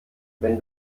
wenn